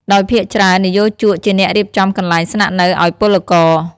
ដោយភាគច្រើន និយោជកជាអ្នករៀបចំកន្លែងស្នាក់នៅឱ្យពលករ ។